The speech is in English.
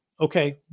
okay